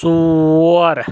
ژور